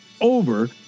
over